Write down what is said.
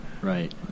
Right